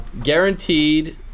guaranteed